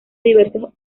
diversos